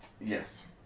Yes